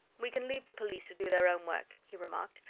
we can leave the police to do their own work, he remarked,